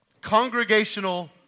congregational